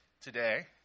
today